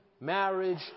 marriage